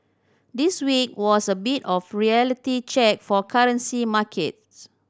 this week was a bit of a reality check for currency markets